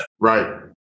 Right